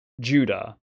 Judah